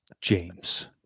James